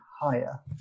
higher